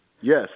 Yes